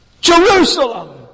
Jerusalem